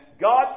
God